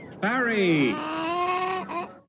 Barry